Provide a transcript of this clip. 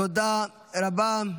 תודה רבה.